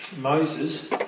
Moses